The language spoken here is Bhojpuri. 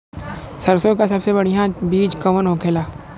सरसों का सबसे बढ़ियां बीज कवन होखेला?